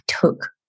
took